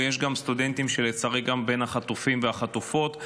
ויש גם סטודנטים שלצערי הם בין החטופים והחטופות.